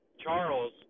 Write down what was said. Charles